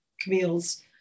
Camille's